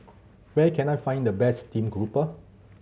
where can I find the best steamed grouper